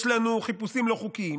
יש לנו חיפושים לא חוקיים,